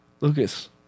Lucas